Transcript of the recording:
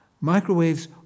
Microwaves